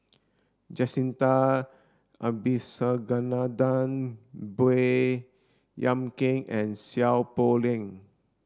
Jacintha Abisheganaden Baey Yam Keng and Seow Poh Leng